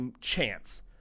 chance